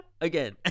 Again